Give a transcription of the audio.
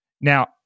Now